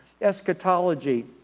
eschatology